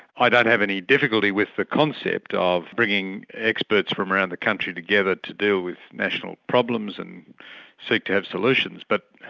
i don't have any any difficulty with the concept of bringing experts from around the country together to deal with national problems and seek to have solutions, but